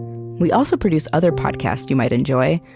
we also produce other podcasts you might enjoy,